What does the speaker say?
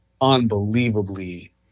unbelievably